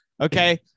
Okay